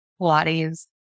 Pilates